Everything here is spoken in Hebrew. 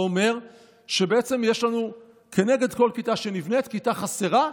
זה אומר שבעצם יש לנו כנגד כל כיתה שנבנית כיתה חסרה,